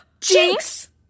Jinx